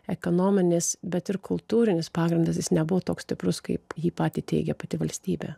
ekonominis bet ir kultūrinis pagrindas jis nebuvo toks stiprus kaip jį patį teigia pati valstybė